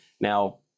Now